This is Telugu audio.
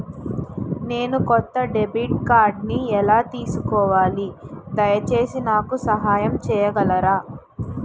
నేను కొత్త డెబిట్ కార్డ్ని ఎలా తీసుకోవాలి, దయచేసి నాకు సహాయం చేయగలరా?